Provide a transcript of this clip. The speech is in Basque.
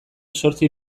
zortzi